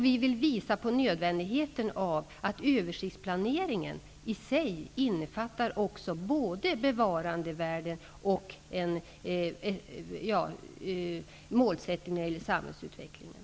Vi vill visa på nödvändigheten av att översiktsplaneringen i sig innefattar både bevarandevärde och en målsättning när det gäller samhällsutvecklingen.